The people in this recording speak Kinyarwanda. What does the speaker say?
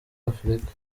afurika